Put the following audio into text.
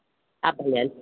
हा भले हल